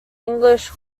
english